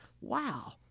wow